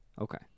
Okay